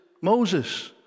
Moses